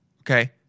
okay